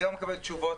אני לא מקבל תשובות.